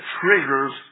triggers